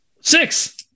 Six